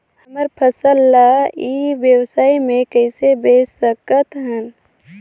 हमर फसल ल ई व्यवसाय मे कइसे बेच सकत हन?